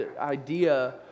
idea